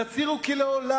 תצהירו כי לעולם,